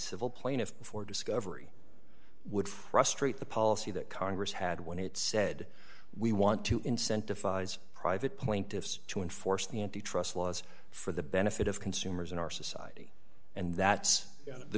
civil plaintiffs before discovery would frustrate the policy that congress had when it said we want to incentivize private plaintiffs to enforce the antitrust laws for the benefit of consumers in our society and that's the